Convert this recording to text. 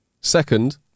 Second